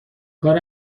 کار